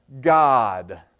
God